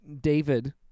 David